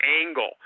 angle